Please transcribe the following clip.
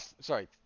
Sorry